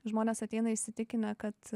žmonės ateina įsitikinę kad